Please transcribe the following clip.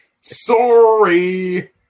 Sorry